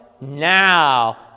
Now